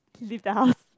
leave the house